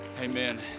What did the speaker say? amen